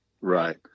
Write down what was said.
Right